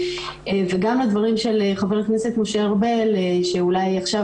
וגם הדברים של חבר הכנסת משה ארבל שאולי עכשיו